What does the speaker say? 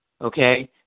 okay